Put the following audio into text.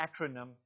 acronym